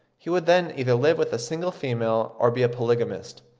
he would then either live with a single female, or be a polygamist.